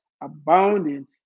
abounding